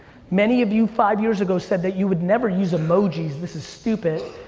many of you five years ago said that you would never use emojis, this is stupid.